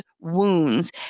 wounds